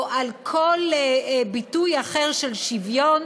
או על כל ביטוי אחר של שוויון,